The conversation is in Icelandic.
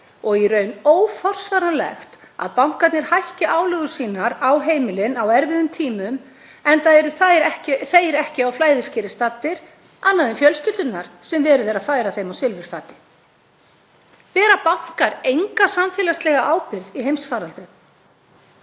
og í raun óforsvaranlegt að bankarnir hækki álögur sínar á heimilin á erfiðum tímum enda eru þeir ekki á flæðiskeri staddir, annað en fjölskyldurnar sem verið er að færa þeim á silfurfati. Bera bankar enga samfélagslega ábyrgð í heimsfaraldri?